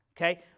okay